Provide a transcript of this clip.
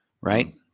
right